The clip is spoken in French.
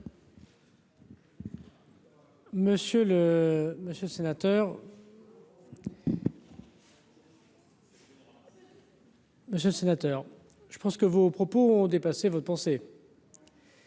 Monsieur le sénateur, je pense que vos propos ont dépassé votre pensée.